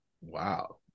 wow